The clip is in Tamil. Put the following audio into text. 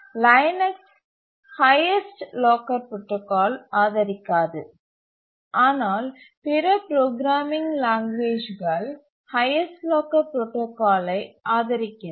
லினக்ஸ் ஹைஎஸ்ட் லாக்கர் புரோடாகாலை ஆதரிக்காது ஆனால் பிற ப்ரோக்ராமிங் லாங்குவேஜ்கள் ஹைஎஸ்ட் லாக்கர் புரோடாகாலை ஆதரிக்கின்றன